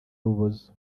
rubozo